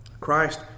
Christ